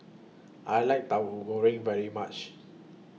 I like Tahu Goreng very much